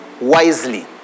wisely